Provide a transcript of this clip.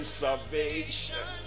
salvation